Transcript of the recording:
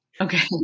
Okay